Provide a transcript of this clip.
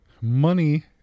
money